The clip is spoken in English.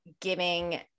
giving